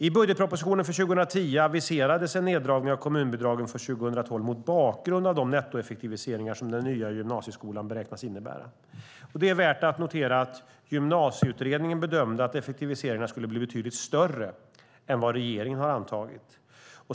I budgetpropositionen för 2010 aviserades en neddragning av kommunbidragen från 2012 mot bakgrund av de nettoeffektiviseringar som den nya gymnasieskolan beräknades innebära. Det är värt att notera att Gymnasieutredningen bedömde att effektiviseringarna skulle bli betydligt större än vad regeringen antagit.